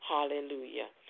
Hallelujah